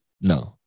No